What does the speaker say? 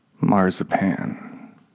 marzipan